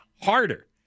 Harder